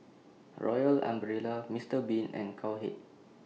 Royal Umbrella Mister Bean and Cowhead